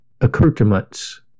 accoutrements